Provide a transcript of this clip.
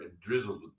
drizzled